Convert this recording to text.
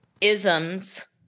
isms